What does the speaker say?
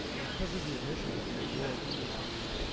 because of the emissions from your industry,